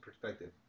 perspective